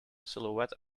silhouette